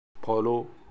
follow